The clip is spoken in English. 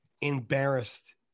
embarrassed